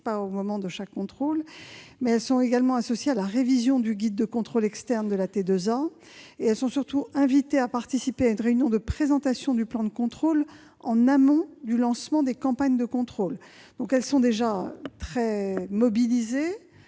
non au moment de chaque contrôle. Elles sont également associées à la révision du guide de contrôle externe de la T2A et elles sont surtout invitées à participer à une réunion de présentation du plan de contrôle en amont du lancement des campagnes de contrôle. En tout état de cause,